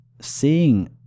seeing